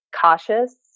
cautious